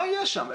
מה יהיה שם?